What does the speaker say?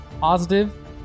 positive